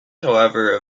however